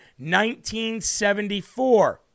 1974